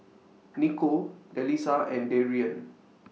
Niko Delisa and Darrien